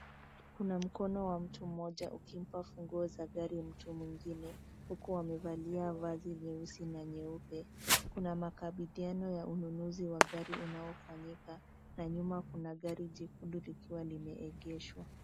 Kuna mkono wa mto mmoja ukimpa funguo za gari mtu mwengine huku amevalia vazi jeusi na jeupe. Kuna makabiliano ya ununuzi wa gari unaofanyika na nyuma kuna gari jekundu likiwa limeegeshwa.